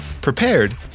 prepared